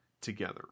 together